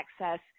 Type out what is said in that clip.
access